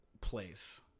place